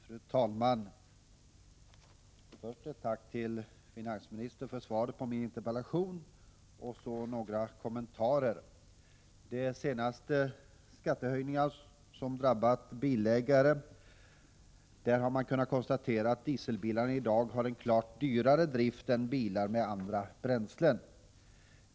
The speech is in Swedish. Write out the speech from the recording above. Fru talman! Först ett tack till finansministern för svaret på min interpellation, och så några kommentarer. När det gäller de senaste skattehöjningarna som drabbat bilägare har man kunnat konstatera att dieselbilarna i dag har en klart dyrare drift än bilar med andra bränslen.